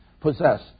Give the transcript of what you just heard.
possess